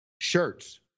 shirts